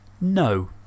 No